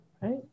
right